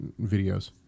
videos